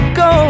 go